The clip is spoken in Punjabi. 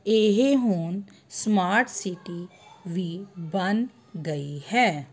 ਇਹ ਹੁਣ ਸਮਾਰਟ ਸਿਟੀ ਵੀ ਬਣ ਗਈ ਹੈ